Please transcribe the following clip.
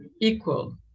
equal